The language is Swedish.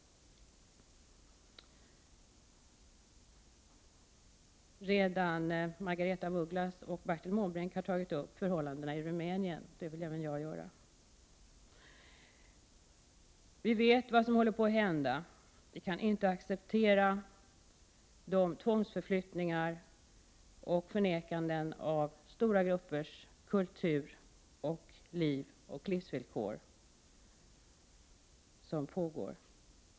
Margaretha af Ugglas och Bertil Måbrink har redan tagit upp förhållandena i Rumänien. Men även jag vill ta upp den saken. Vi vet vad som håller på att hända. Vi kan inte acceptera de tvångsförflyttningar och förnekanden av stora gruppers kultur, liv och livsvillkor som pågår.